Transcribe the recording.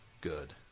Good